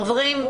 חברים,